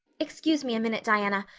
excuse me a minute, diana.